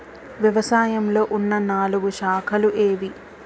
వ్యవసాయంలో ఉన్న నాలుగు శాఖలు ఏవి?